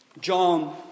John